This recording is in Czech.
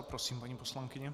Prosím, paní poslankyně.